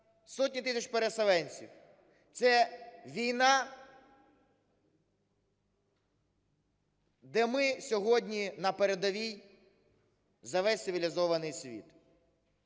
сотні тисяч переселенців, це війна, де ми сьогодні на передовій за весь цивілізований світ.